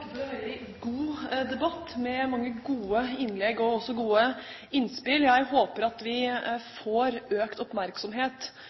for en veldig god debatt med mange gode innlegg og gode innspill. Jeg håper at vi